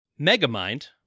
Megamind